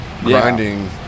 grinding